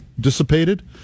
dissipated